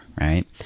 right